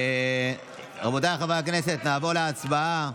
חברי הכנסת, נעבור להצבעה.